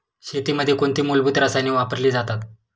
शेतीमध्ये कोणती मूलभूत रसायने वापरली जातात?